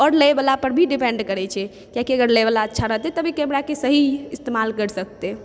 आओर लय वला पर भी डिपेंड करै छै कियाकि अगर लै वला अच्छा रहते तभी कैमरा के सही इस्तेमाल करि सकतै